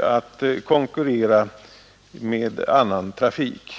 att konkurrera med annan trafik.